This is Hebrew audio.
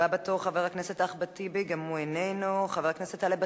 הבא בתור, חבר הכנסת אחמד טיבי גם הוא איננו.